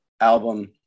album